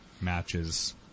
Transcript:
matches